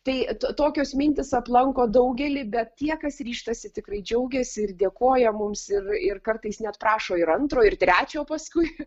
tai tokios mintys aplanko daugelį bet tie kas ryžtasi tikrai džiaugiasi ir dėkoja mums ir ir kartais net prašo ir antro ir trečio paskiui